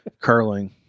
Curling